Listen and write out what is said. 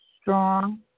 strong